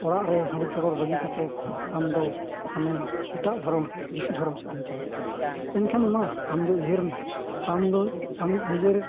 ᱚᱲᱟᱜ ᱨᱮ ᱦᱟᱺᱰᱤ ᱪᱚᱰᱚᱨ ᱵᱟᱹᱜᱤ ᱠᱟᱛᱮᱫ ᱟᱢᱫᱚ ᱢᱟᱱᱮ ᱮᱴᱟᱜ ᱫᱷᱚᱨᱚᱢ ᱡᱤᱥᱩ ᱫᱷᱚᱨᱚᱢ ᱥᱮᱫ ᱮᱢ ᱪᱟᱞᱟᱜ ᱠᱟᱱᱟ ᱮᱱᱠᱷᱟᱱ ᱢᱟ ᱟᱢᱜᱮ ᱩᱭᱦᱟᱹᱨ ᱢᱮ ᱟᱢᱫᱚ ᱟᱢᱤᱡ ᱱᱤᱡᱮᱨ